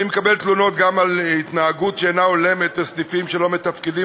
אני מקבל תלונות גם על התנהגות שאינה הולמת וסניפים שלא מתפקדים,